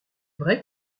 vrai